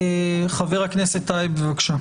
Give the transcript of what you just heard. חבר הכנסת טייב, בבקשה.